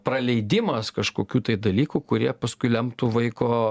praleidimas kažkokių tai dalykų kurie paskui lemtų vaiko